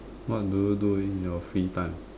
what do you do in your free time